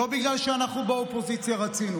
לא בגלל שאנחנו באופוזיציה רצינו